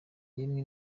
yemwe